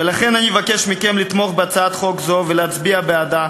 ולכן אני מבקש מכם לתמוך בהצעת חוק זו ולהצביע בעדה.